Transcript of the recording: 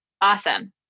Awesome